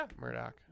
Murdoch